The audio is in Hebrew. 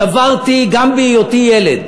סברתי גם בהיותי ילד